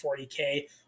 40K